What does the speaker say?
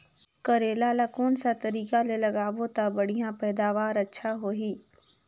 करेला ला कोन सा तरीका ले लगाबो ता बढ़िया पैदावार अच्छा होही?